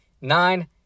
nine